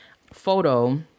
photo